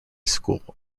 school